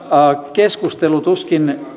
keskustelu tuskin